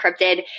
encrypted